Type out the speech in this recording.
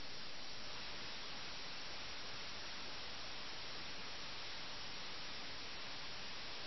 അതിനാൽ ഈ നിർദ്ദിഷ്ട വിവരണത്തിലെ വൈരുദ്ധ്യങ്ങളുടെ വിരോധാഭാസമായ ഒരു കാഴ്ച്ചയും ചെസ്സ് കളിയിലെ വൈരുദ്ധ്യങ്ങളെ നമുക്ക് വാഗ്ദാനം ചെയ്യുന്ന ഈ നിർദ്ദിഷ്ട ഉദ്ധരണി ഇവിടെയുണ്ട്